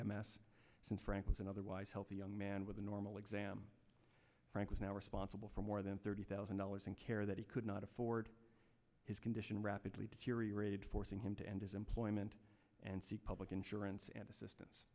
s since frank was an otherwise healthy young man with a normal exam frank was now responsible for more than thirty thousand dollars in care that he could not afford his condition rapidly deteriorated forcing him to end his employment and seek public insurance and assistance